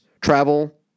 travel